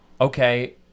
okay